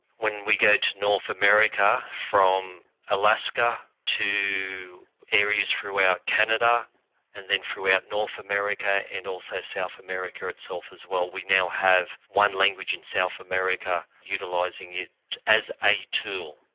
when we go to north america from alaska to areas throughout canada and then throughout north america and also south america itself as well, we now have one language in south america utilising it as a tool.